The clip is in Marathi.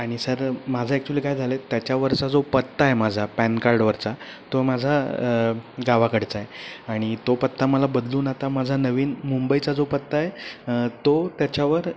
आणि सर माझं ॲक्च्युली काय झालं आहे त्याच्यावरचा जो पत्ता आहे माझा पॅनकार्डवरचा तो माझा गावाकडचा आहे आणि तो पत्ता मला बदलून आता माझा नवीन मुंबईचा जो पत्ता आहे तो त्याच्यावर